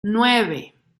nueve